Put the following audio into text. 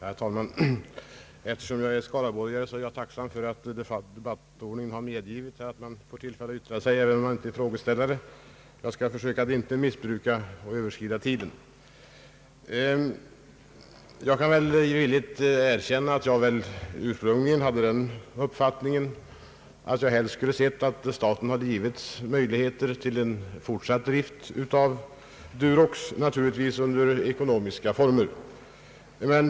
Herr talman! Eftersom jag är skaraborgare är jag tacksam för att debattordningen medger att man får tillfälle yttra sig även om man inte är frågeställare. Jag skall försöka att inte missbruka denna möjlighet och alltså inte överskrida tiden. Jag kan villigt erkänna att jag ursprungligen helst hade sett att staten givits möjlighet till att fortsätta driften av Durox, naturligtvis under ekonomiskt godtagbara former.